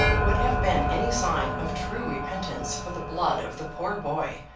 would have been any sign of true repentance for the blood of the poor boy,